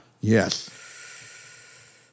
Yes